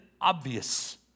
obvious